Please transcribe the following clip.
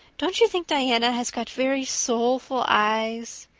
don't you think diana has got very soulful eyes?